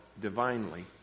divinely